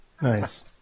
nice